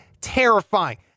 terrifying